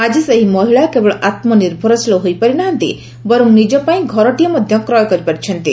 ଆଜି ସେହି ମହିଳା କେବଳ ଆତ୍କ ନିର୍ଭରଶୀଳ ହୋଇପାରି ନାହାନ୍ତି ବରଂ ନିଜ ପାଇଁ ଘରଟିଏ ମଧ୍ୟ କ୍ରୟ କରିପାରିଛନ୍ତି